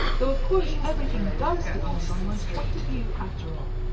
though of course everything does depend on one's point of view, after all.